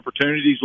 opportunities